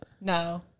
No